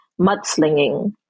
mudslinging